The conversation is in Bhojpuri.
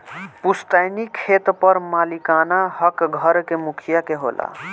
पुस्तैनी खेत पर मालिकाना हक घर के मुखिया के होला